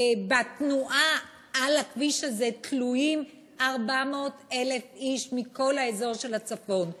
שבתנועה על הכביש הזה תלויים 400,000 איש מכל אזור הצפון,